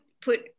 put